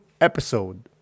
episode